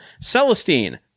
Celestine